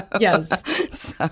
Yes